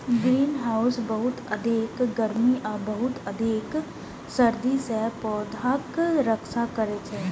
greenhouse बहुत अधिक गर्मी आ बहुत अधिक सर्दी सं पौधाक रक्षा करै छै